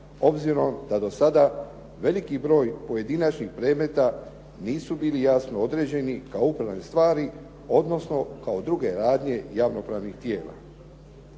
obzirom da do sada veliki broj pojedinačnih predmeta nisu bili jasno određeni kao upravne stvari, odnosno kao druge radnje javno-pravnih tijela.